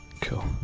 Cool